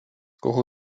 кого